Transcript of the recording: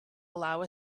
allow